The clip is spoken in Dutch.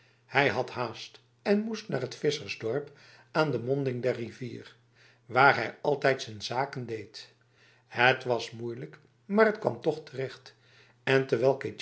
hij had haast en moest naar het vissersdorp aan de monding der rivier waar hij altijd zijn zaken deed het was moeilijk maar t kwam toch terecht en terwijl